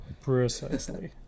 precisely